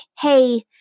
hey